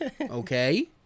Okay